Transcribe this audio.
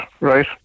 right